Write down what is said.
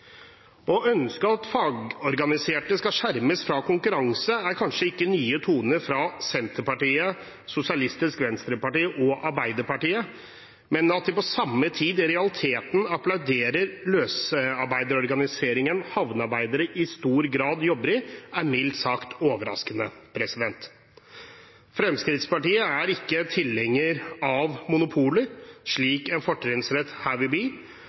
Å ønske at fagorganiserte skal skjermes fra konkurranse, er kanskje ikke nye toner fra Senterpartiet, Sosialistisk Venstreparti og Arbeiderpartiet, men at de på samme tid i realiteten applauderer løsarbeiderorganiseringen havnearbeidere i stor grad jobber under, er mildt sagt overraskende. Fremskrittspartiet er ikke en tilhenger av monopoler, slik en fortrinnsrett her vil